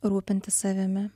rūpintis savimi